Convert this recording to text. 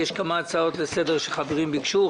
יש כמה הצעות לסדר היום שחברים ביקשו.